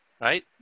right